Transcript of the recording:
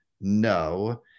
No